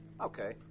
Okay